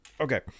okay